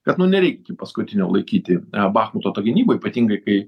kad nu nereik iki paskutinio laikyti bachmuto to gynyboj ypatingai kai